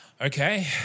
Okay